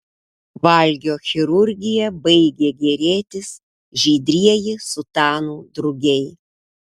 valgio chirurgija baigė gėrėtis žydrieji sutanų drugiai